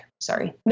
sorry